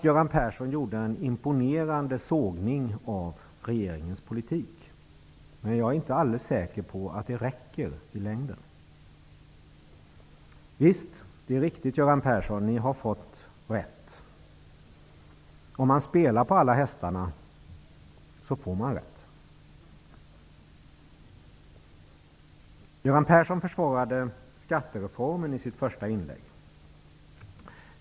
Göran Persson gjorde en imponerande avsågning av regeringens politik, men jag är inte helt säker på att det räcker i längden. Det är riktigt, Göran Persson, att ni har fått rätt. Om man spelar på alla hästarna får man rätt. Göran Persson försvarade i sitt första inlägg skattereformen.